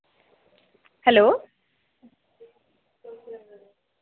hello